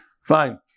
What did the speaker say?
Fine